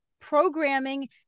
programming